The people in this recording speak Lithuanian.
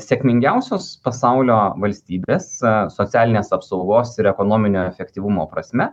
sėkmingiausios pasaulio valstybės socialinės apsaugos ir ekonominio efektyvumo prasme